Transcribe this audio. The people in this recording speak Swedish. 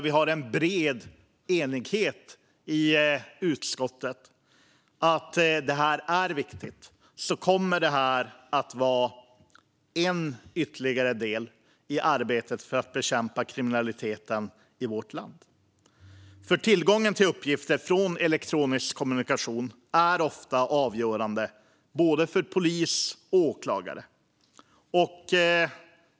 Vi har en bred enighet i utskottet om att det här är viktigt och kommer att vara ytterligare en del i arbetet för att bekämpa kriminaliteten i vårt land. Tillgången till uppgifter från elektronisk kommunikation är ofta avgörande både för polis och för åklagare.